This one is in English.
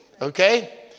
Okay